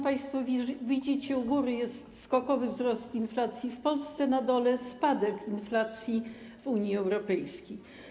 Państwo widzicie, u góry jest skokowy wzrost inflacji w Polsce, na dole spadek inflacji w Unii Europejskiej.